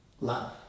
love